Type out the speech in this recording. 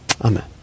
Amen